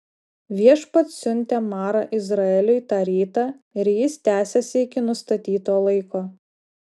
viešpats siuntė marą izraeliui tą rytą ir jis tęsėsi iki nustatyto laiko